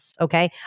Okay